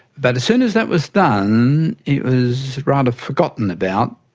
but as soon as that was done it was rather forgotten about.